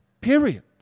Period